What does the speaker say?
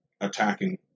attacking